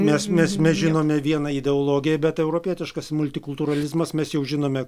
mes mes mes žinome vieną ideologiją bet europietiškas multikultūralizmas mes jau žinome